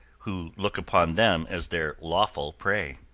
who look upon them as their lawful prey.